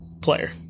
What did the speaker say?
player